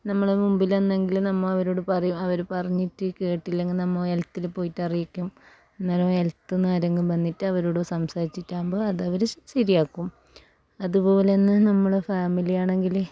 നമ്മള മുമ്പിലാന്നെ ങ്കിലും നമ്മ അവരോട് പറയും അവർ പറഞ്ഞിട്ട് കേട്ടില്ലെങ്കിൽ നമ്മ ഹെൽത്തിൽ പോയിട്ടറിയിക്കും അന്നേരം ഹെൽത്തിൽ നിന്നാരെങ്കിലും വന്നിട്ട് അവരോട് സംസാരിച്ചിട്ടാകുമ്പം അതവർ ശരിയാക്കും അതുപോലെതന്നെ നമ്മളെ ഫാമിലിയാണെങ്കിൽ